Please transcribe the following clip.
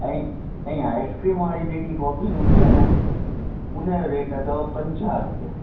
ऐं ऐं आइस्क्रीम वारी जेकी कॉफ़ी हूंदी आहे न उन जो रेट अथव पंजाह रुपया